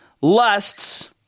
lusts